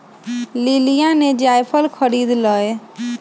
लिलीया ने जायफल खरीद लय